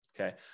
okay